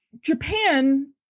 Japan